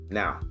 now